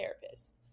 therapist